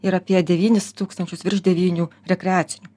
ir apie devynis tūkstančius virš devynių rekreacinių